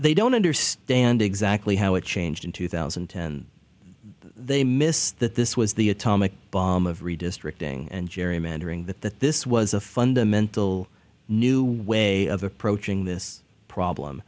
they don't understand exactly how it changed in two thousand and ten they missed that this was the atomic bomb of redistricting and gerrymandering that that this was a fundamental new way of approaching this problem